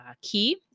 key